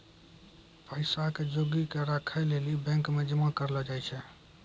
पैसा के जोगी क राखै लेली बैंक मे जमा करलो जाय छै